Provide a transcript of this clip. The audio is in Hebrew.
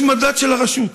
יש מדד של הרשות: